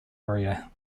area